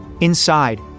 Inside